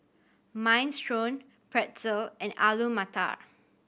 Minestrone Pretzel and Alu Matar